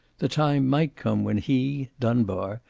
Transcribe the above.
the time might come when he, dunbar,